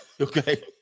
Okay